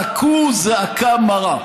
וזעקו זעקה מרה.